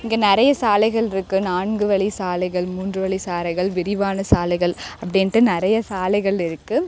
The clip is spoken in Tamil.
இங்கே நிறைய சாலைகள் இருக்குது நான்கு வழி சாலைகள் மூன்று வழி சாலைகள் விரிவான சாலைகள் அப்படின்ட்டு நிறைய சாலைகள் இருக்குது